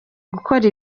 gukora